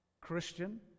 Christian